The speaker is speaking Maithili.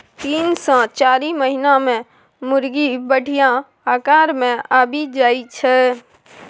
तीन सँ चारि महीना मे मुरगी बढ़िया आकार मे आबि जाइ छै